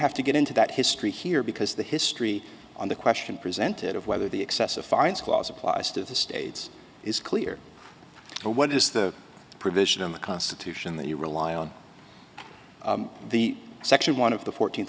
have to get into that history here because the history on the question presented of whether the excessive fines clause applies to the states is clear but what is the provision in the constitution that you rely on the section one of the fourteenth